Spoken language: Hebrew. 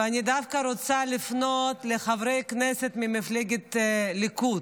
ואני דווקא רוצה לפנות לחברי כנסת ממפלגת הליכוד.